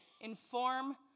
inform